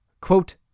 quote